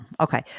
Okay